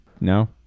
no